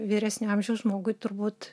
vyresnio amžiaus žmogui turbūt